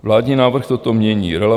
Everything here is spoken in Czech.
Vládní návrh toto mění.